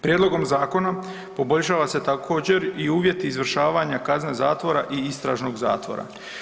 Prijedlogom zakona poboljšava se također, i uvjeti izvršavanja kazne zatvora i istražnog zatvora.